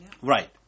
Right